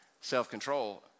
self-control